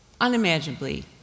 unimaginably